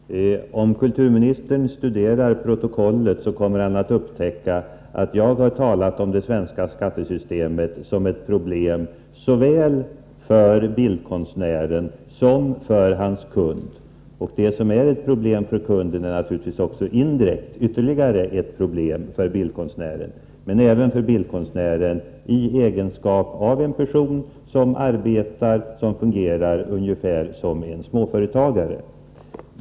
Fru talman! Om kulturministern studerar protokollet, kommer han att upptäcka att jag har talat om det svenska skattesystemet som ett problem såväl för bildkonstnären som för hans kund. Det som är ett problem för kunden är naturligtvis dessutom indirekt ytterligare ett problem för bildkonstnären, men för honom uppstår det problem även i hans egenskap av en person som fungerar ungefär som en småföretagare.